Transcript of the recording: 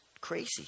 crazy